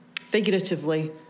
figuratively